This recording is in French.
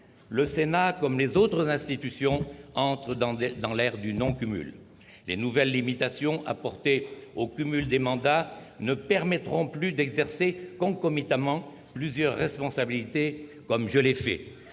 Le Sénat, comme les autres institutions, entre dans l'ère du non-cumul. Les nouvelles limitations apportées au cumul des mandats ne permettront plus d'exercer concomitamment plusieurs responsabilités comme je l'ai fait.